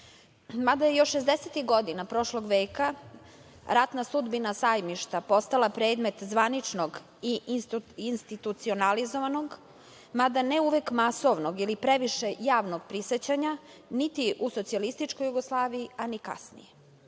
mada je još šezdesetih godina prošlog veka ratna sudbina „Sajmišta“ postala predmet zvaničnog i institucionalizovanog, mada ne uvek masovnog ili previše javnog, prisećanja niti u Socijalističkoj Jugoslaviji, a ni kasnije.